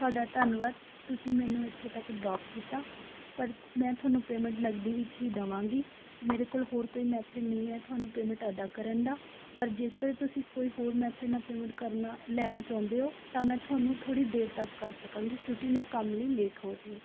ਤੁਹਾਡਾ ਧੰਨਵਾਦ ਤੁਸੀਂ ਮੈਨੂੰ ਇੱਥੇ ਤੱਕ ਡਰੋਪ ਕੀਤਾ ਪਰ ਮੈਂ ਤੁਹਾਨੂੰ ਪੇਮੈਂਟ ਨਕਦੀ ਵਿੱਚ ਹੀ ਦੇਵਾਂਗੀ ਮੇਰੇ ਕੋਲ ਹੋਰ ਕੋਈ ਮੈਥਡ ਨਹੀਂ ਹੈ ਤੁਹਾਨੂੰ ਪੇਮੈਂਟ ਅਦਾ ਕਰਨ ਦਾ ਪਰ ਜੇਕਰ ਤੁਸੀਂ ਕੋਈ ਹੋਰ ਮੈਥਡ ਨਾਲ ਪੇਮੈਂਟ ਲੈਣਾ ਚਾਹੁੰਦੇ ਹੋ ਤਾਂ ਮੈਂ ਤੁਹਾਨੂੰ ਥੋੜ੍ਹੀ ਦੇਰ ਤੱਕ ਕਰ ਸਕਾਂਗੀ ਕਿਉਂਕਿ ਮੈਂ ਕੰਮ ਲਈ ਲੇਟ ਹੋ ਰਹੀ ਹਾਂ